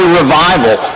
revival